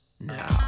now